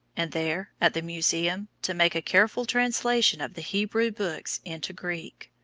and there, at the museum, to make a careful translation of the hebrew books into greek.